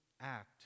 act